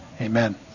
Amen